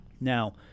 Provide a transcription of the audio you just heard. Now